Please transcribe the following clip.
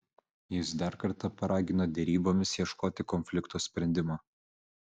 jis dar kartą paragino derybomis ieškoti konflikto sprendimo